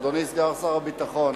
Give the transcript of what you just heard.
אדוני סגן שר הביטחון.